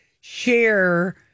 share